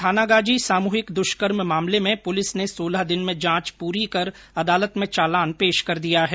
थानागाजी सामूहिक दुष्कर्म मामले में पुलिस ने सोलह दिन में जांच पूरी कर अदालत में चालान पेश कर दिया है